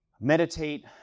meditate